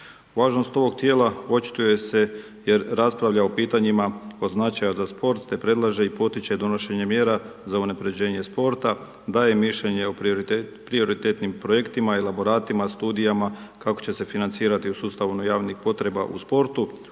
Važnost ovog tijela očituje se jer raspravlja o pitanjima od značaja za sport te predlaže i potiče donošenja mjera za unaprjeđenje sporta, daje mišljenje o prioritetnim projektima i elaboratima, studijama, kako će se financirati u sustavu javnih potreba u sportu,